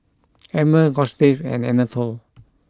Emmer Gustave and Anatole